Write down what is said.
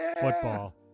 football